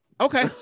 Okay